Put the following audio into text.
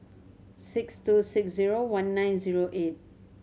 six two six zero one nine zero eight